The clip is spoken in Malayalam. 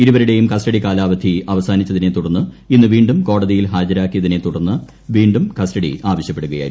ഇരുവരുടേയും കസ്റ്റഡികാലാവധി അവസാനിച്ചതിനെ തുടർന്ന് ഇന്ന് വീണ്ടും കോടതിയിൽ ഹാജരാക്കിയതിനെ തുടർന്ന് വീണ്ടും കസ്റ്റഡി ആവശ്യപ്പെടുകയായിരുന്നു